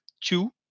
two